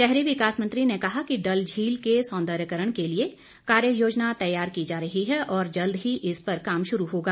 शहरी विकास मंत्री ने कहा कि डल झील के सौन्दर्यकरण के लिए कार्य योजना तैयार की जा रही है और जल्द ही इस पर काम शुरू होगा